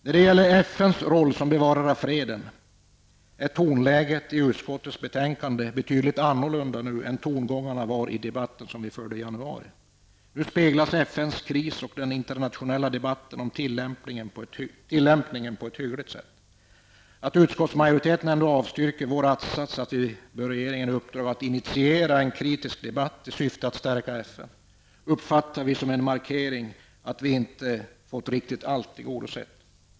När det gäller FNs roll som bevarare av freden är tonläget i utskottets betänkande nu betydligt annorlunda än vad tongångarna var i debatten som fördes i januari. Nu speglas FNs kris och den internationella debatten om tillämpningen av resolutionerna på ett hyggligt sätt. Att utskottsmajoriteten ändå avstyrker vår att-sats om att vi bör ge regeringen i uppdrag att initiera en kritisk debatt i syfte att stärka FN uppfattar vi som en markering att vi inte fått riktigt allt tillgodosett.